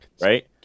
right